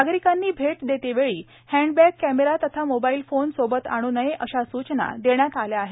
नागरिकांनी भेट देतेवेळी हैंड बेंग कॅमेरा तथा मोबाईल फोनसोबत आणू नये अशा सूचना देण्यात आल्या आहेत